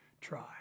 try